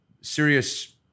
serious